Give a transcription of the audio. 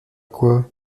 quoi